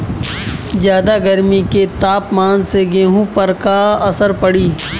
ज्यादा गर्मी के तापमान से गेहूँ पर का असर पड़ी?